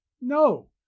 No